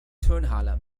turnhalle